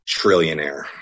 trillionaire